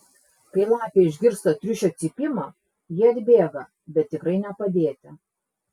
kai lapė išgirsta triušio cypimą ji atbėga bet tikrai ne padėti